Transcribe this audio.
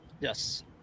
yes